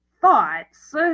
thoughts